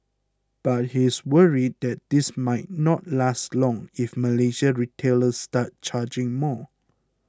but he is worried that this might not last long if Malaysian retailers start charging more